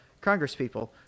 congresspeople